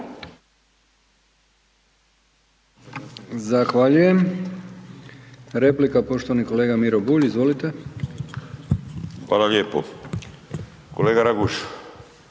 Zahvaljujem. Replika poštovani kolega Miro Bulj, izvolite. **Bulj, Miro